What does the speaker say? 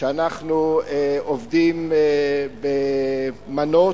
שאנחנו עובדים במנות,